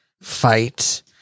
fight